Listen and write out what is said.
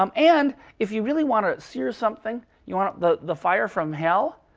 um and if you really want sear something, you want the the fire from hell?